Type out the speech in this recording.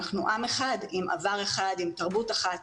אנחנו עם אחד, עם עבר אחד, עם תרבות אחת.